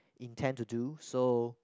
intend to do so